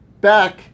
back